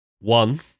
One